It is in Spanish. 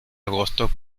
agosto